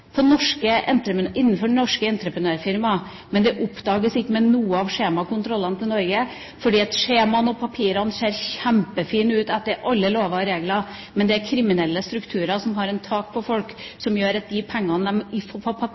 på norske arbeidsplasser innenfor norske entreprenørfirmaer, men det oppdages ikke med noen av skjemakontrollene i Norge, fordi skjemaene og papirene ser kjempefine ut etter alle lover og regler. Men det er kriminelle strukturer som har tak på folk, og som gjør at de pengene